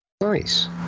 Nice